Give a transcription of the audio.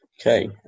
Okay